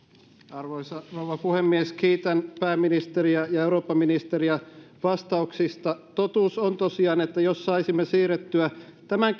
arvoisa rouva puhemies kiitän pääministeriä ja eurooppaministeriä vastauksista totuus on tosiaan että jos saisimme siirrettyä tämän